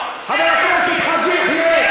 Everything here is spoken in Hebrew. חבר הכנסת חאג' יחיא,